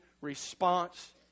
response